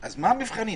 מתנדב,